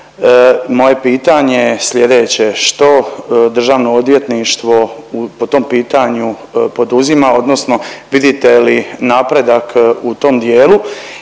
Moje pitanje je slijedeće. Što Državno odvjetništvo po tom pitanju poduzima odnosno vidite li napredak u tom dijelu